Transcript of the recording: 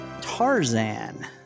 Tarzan